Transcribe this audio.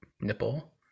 nipple